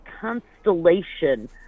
constellation